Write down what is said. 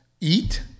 eat